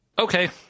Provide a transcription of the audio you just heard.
Okay